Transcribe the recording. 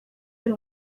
yari